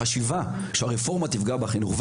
חושבים באמת שהרפורמה עתידה לפגוע בחינוך.